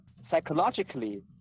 Psychologically